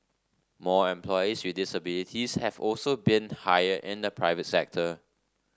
more employees with disabilities have also been hired in the private sector